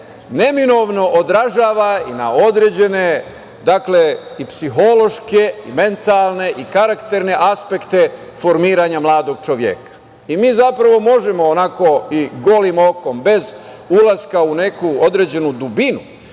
neminovno odražava i na određene, dakle, i psihološke, mentalne i karakterne aspekte formiranja mladog čoveka. Mi, zapravo, možemo onako i golim okom bez ulaska u neku određenu dubinu